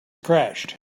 crashed